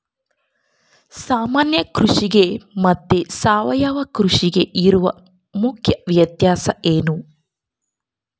ಸಾಮಾನ್ಯ ಕೃಷಿಗೆ ಮತ್ತೆ ಸಾವಯವ ಕೃಷಿಗೆ ಇರುವ ಮುಖ್ಯ ವ್ಯತ್ಯಾಸ ಏನು?